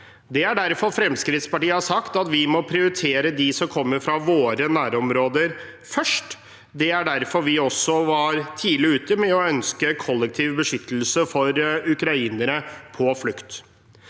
Det er derfor Fremskrittspartiet har sagt at vi må prioritere dem som kommer fra våre nærområder, først. Det er derfor vi også var tidlig ute med å ønske kollektiv beskyttelse for ukrainere på flukt.